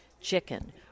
chicken